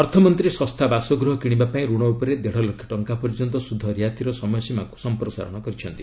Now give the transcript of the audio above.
ଅର୍ଥମନ୍ତ୍ରୀ ଶସ୍ତା ବାସଗୃହ କିଣିବା ପାଇଁ ଋଣ ଉପରେ ଦେଢ଼ଲକ୍ଷ ଟଙ୍କା ପର୍ଯ୍ୟନ୍ତ ସୁଧ ରିହାତିର ସମୟସୀମାକୁ ସଂପ୍ରସାରିତ କରିଛନ୍ତି